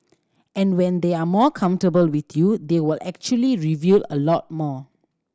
and when they are more with you they will actually reveal a lot more